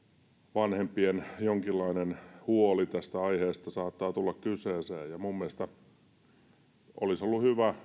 vanhempien jonkinlainen huoli tästä aiheesta saattaa tulla kyseeseen minun mielestäni olisi ollut hyvä